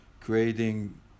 creating